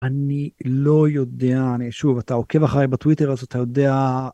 אני לא יודע אני שוב אתה עוקב אחריי בטוויטר אז אתה יודע.